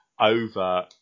over